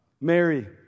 Mary